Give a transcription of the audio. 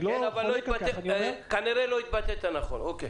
אבל כנראה לא התבטאת כך.